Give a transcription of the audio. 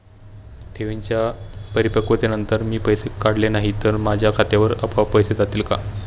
ठेवींच्या परिपक्वतेनंतर मी पैसे काढले नाही तर ते माझ्या खात्यावर आपोआप जातील का?